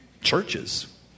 Churches